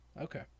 Okay